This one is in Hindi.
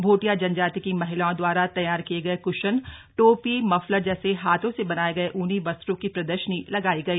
भोटिया जनजाति की महिलाओं द्वारा तैयार किए गए क्शन टोपी मफलर जैसे हाथों से बनाये गए ऊनी वस्त्रों की प्रदर्शनी लगाई गई